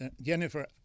Jennifer